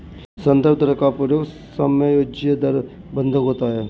संदर्भ दर का प्रयोग समायोज्य दर बंधक होता है